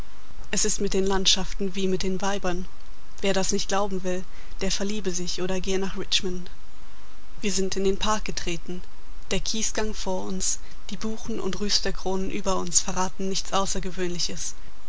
es ist mit den landschaften wie mit den weibern wer das nicht glauben will der verliebe sich oder gehe nach richmond wir sind in den park getreten der kiesgang vor uns die buchen und rüsterkronen über uns verraten nichts außergewöhnliches